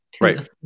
Right